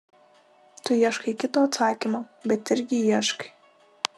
tu ieškai kito atsakymo bet irgi ieškai